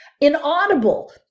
inaudible